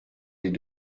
les